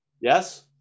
Yes